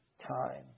time